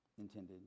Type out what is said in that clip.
intended